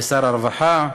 ושר הרווחה,